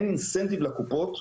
אין incentive לקופות,